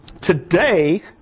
Today